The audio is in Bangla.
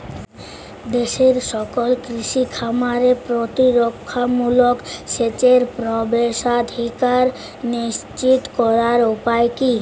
দেশের সকল কৃষি খামারে প্রতিরক্ষামূলক সেচের প্রবেশাধিকার নিশ্চিত করার উপায় কি?